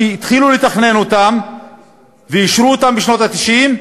שהתחילו לתכנן אותן ואישרו אותן בשנות ה-90,